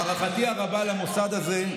הערכתי הרבה למוסד הזה,